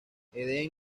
eden